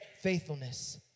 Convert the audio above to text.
faithfulness